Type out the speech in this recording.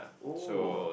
oh